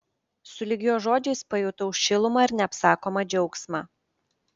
sulig jo žodžiais pajutau šilumą ir neapsakomą džiaugsmą